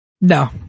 No